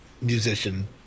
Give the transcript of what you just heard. musician